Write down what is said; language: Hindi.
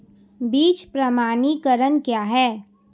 बीज प्रमाणीकरण क्या है?